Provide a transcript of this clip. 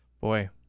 Boy